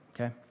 okay